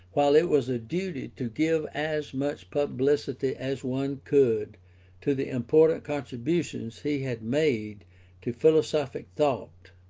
while it was a duty to give as much publicity as one could to the important contributions he had made to philosophic thought.